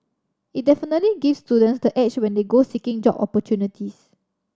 it definitely gives students the edge when they go seeking job opportunities